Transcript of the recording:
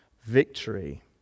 victory